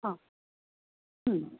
हां